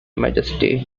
majesty